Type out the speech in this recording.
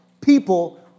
people